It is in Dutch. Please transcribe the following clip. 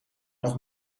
nog